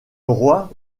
roi